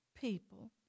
people